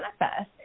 manifest